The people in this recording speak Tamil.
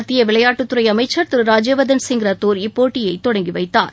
மத்திய விளையாட்டுத் துறை அமைச்சர் திரு ராஜவர்தன் சிங் ரத்தோர் இப்போட்டியை தொடங்கி வைத்தார்